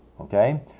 Okay